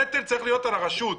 הנטל צריך להיות על הרשות.